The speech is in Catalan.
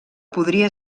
podria